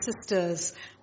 sisters